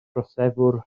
troseddwr